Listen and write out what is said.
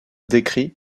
décrit